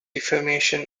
defamation